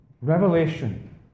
revelation